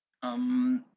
um